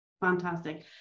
Fantastic